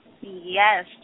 Yes